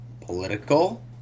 political